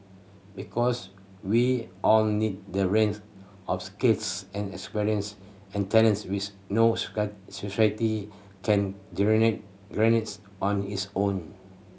because we all need that range of skills and experience and talents which no society can generate generate on its own